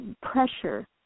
pressure